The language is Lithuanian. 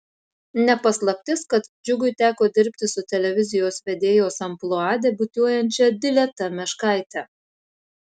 ne paslaptis kad džiugui teko dirbti su televizijos vedėjos amplua debiutuojančia dileta meškaite